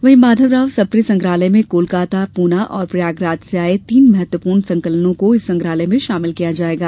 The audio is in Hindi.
वहीं माघवराव सप्रे संग्रहालय में कोलकाता पूना और प्रयागराज से आये तीन महत्वपूर्ण संकलनों को इस संग्रहालय में शामिल किया जाएगा